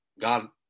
god